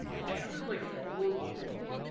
i counted like four balls.